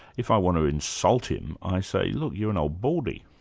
if i want to insult him, i say, look, you're an old baldy'.